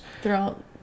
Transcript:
throughout